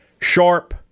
sharp